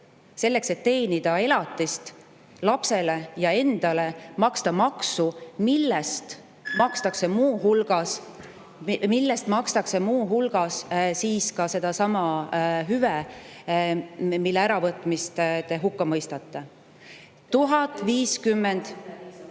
selleks, et teenida elatist lapsele ja endale, maksta maksu, millest [pakutakse] muu hulgas sedasama hüve, mille äravõtmist te hukka mõistate. 1050